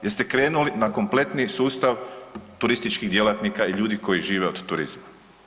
Jer ste krenuli na kompletni sustav turističkih djelatnika i ljudi koji žive od turizma.